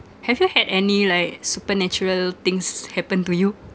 have you had any like supernatural things happen to you